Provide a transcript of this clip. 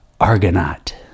Argonaut